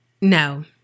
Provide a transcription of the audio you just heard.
No